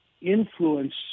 influence